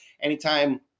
anytime